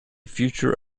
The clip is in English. future